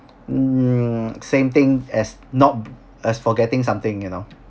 mm same thing as not as forgetting something you know